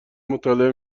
مطالعه